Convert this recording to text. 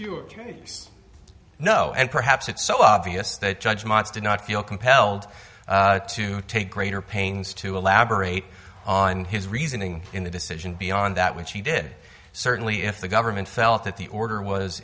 case no and perhaps it's so obvious that judgments do not feel compelled to take greater pains to elaborate on his reasoning in the decision beyond that which he did certainly if the government felt that the order was